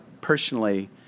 personally